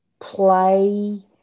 play